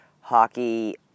hockey